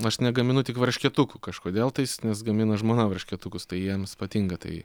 aš negaminu tik varškėtukų kažkodėl tais nes gamina žmona varškėtukus tai jiems patinka tai